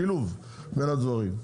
שילוב בין הדברים.